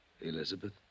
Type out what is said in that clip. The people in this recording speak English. Elizabeth